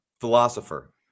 philosopher